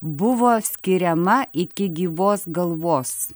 buvo skiriama iki gyvos galvos